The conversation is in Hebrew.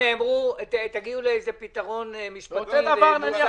אנחנו לא חושבים שאנחנו פוגעים ומייצרים עוול.